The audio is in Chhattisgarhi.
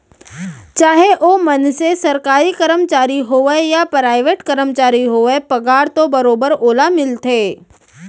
चाहे ओ मनसे सरकारी कमरचारी होवय या पराइवेट करमचारी होवय पगार तो बरोबर ओला मिलथे